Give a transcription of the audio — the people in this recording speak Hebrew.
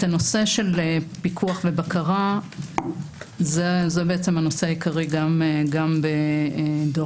את הנושא של פיקוח ובקרה זה הנושא העיקרי גם בדוח